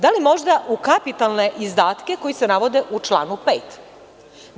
Da li možda u kapitalne izdatke koji se navode u članu 5?